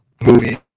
movie